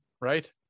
right